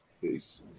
Peace